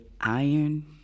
iron